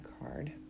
card